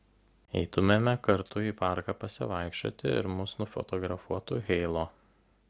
eitumėme kartu į parką pasivaikščioti ir mus nufotografuotų heilo